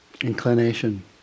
inclination